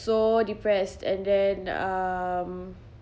so depressed and then um